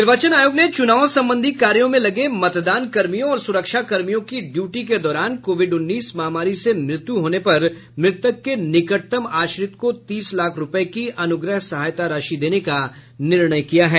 निर्वाचन आयोग ने चूनाव संबंधी कार्यों में लगे मतदान कर्मियों और सूरक्षा कर्मियों की ड्यूटी के दौरान कोविड उन्नीस महामारी से मृत्यु होने पर मृतक के निकटतम आश्रित को तीस लाख रूपये की अनुग्रह सहायता राशि देने का निर्णय किया है